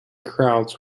crowds